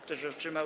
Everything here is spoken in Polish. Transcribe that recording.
Kto się wstrzymał?